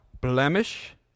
blemish